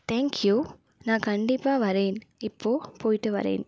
thank you நான் கண்டிப்பாக வரேன் இப்போது போய்விட்டு வரேன்